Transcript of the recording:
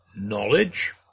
knowledge